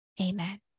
amen